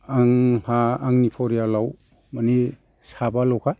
आंहा आंनि फरियालाव मानि साबाल'खा